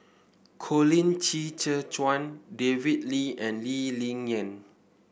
Colin Qi Zhe Quan David Lee and Lee Ling Yen